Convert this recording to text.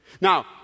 Now